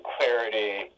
clarity